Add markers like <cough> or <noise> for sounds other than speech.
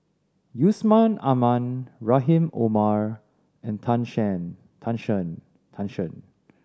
Yusman Aman Rahim Omar and Tan <unintelligible> Tan Shen Tan Shen